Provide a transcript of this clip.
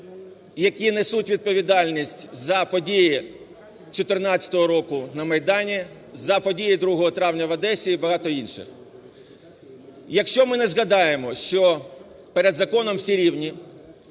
які несуть відповідальність за події 14-го року на Майдані, за події 2 травня в Одесі і багато інших. Якщо ми не згадаємо, що перед законом всі рівні,